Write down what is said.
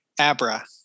Abra